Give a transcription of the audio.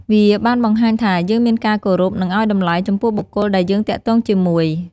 វាបានបង្ហាញថាយើងមានការគោរព និងអោយតម្លៃ ចំពោះបុគ្គលដែលយើងទាក់ទងជាមួយ។